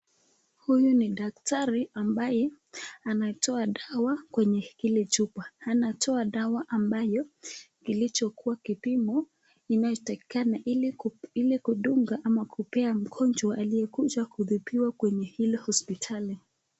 Huyu ni daktari ambaye anatoa dawa kwenye kile chupa, anatoa dawa ambayo kilichokuwa kipimo inayotakikana ili kudunga ama kupewa mgonjwa aliyekuja kutibiwa kwenye hilo hosiptali.